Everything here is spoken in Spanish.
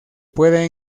puede